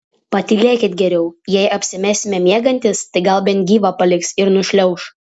patylėkit geriau jei apsimesime miegantys tai gal bent gyvą paliks ir nušliauš